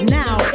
now